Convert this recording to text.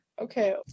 okay